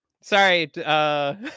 sorry